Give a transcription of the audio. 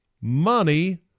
money